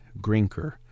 grinker